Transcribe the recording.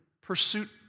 pursuit